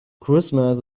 christmas